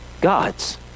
God's